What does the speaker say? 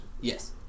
Yes